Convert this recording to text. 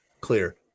clear